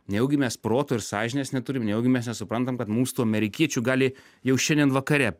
nejaugi mes proto ir sąžinės neturim nejaugi mes nesuprantam kad mums tų amerikiečių gali jau šiandien vakare